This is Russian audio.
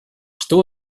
что